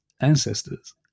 ancestors